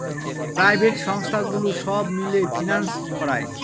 private সংস্থাগুলো সব মিলে ফিন্যান্স করায়